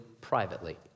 privately